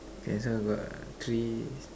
okay so got three